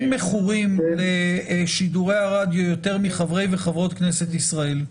אין מכורים לשידורי הרדיו יותר מחברי וחברות כנסת ישראל.